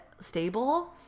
stable